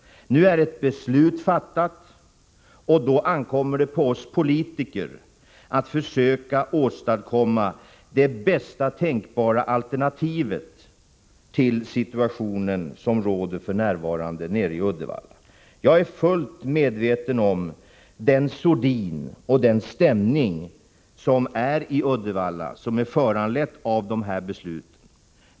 Nu är ett beslut fattat, och då ankommer det på oss politiker att försöka åstadkomma det bästa tänkbara alternativet med anledning av den uppkomna situationen i Uddevalla. Jag är fullt medveten om den sordin på stämningen i Uddevalla som är föranledd av detta beslut.